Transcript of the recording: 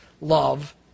love